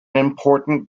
important